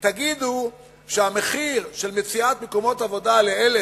תגידו שהמחיר של מציאת מקומות עבודה ל-1,000,